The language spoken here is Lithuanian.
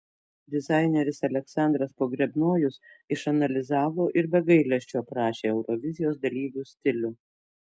dizaineris aleksandras pogrebnojus išanalizavo ir be gailesčio aprašė eurovizijos dalyvių stilių